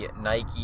Nike